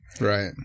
Right